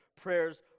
prayers